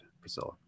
Priscilla